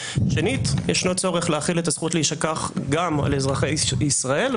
שנית ישנו צורך להחיל את הזכות להישכח גם על אזרחי ישראל,